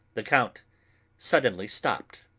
the count suddenly stopped,